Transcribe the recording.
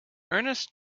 ernest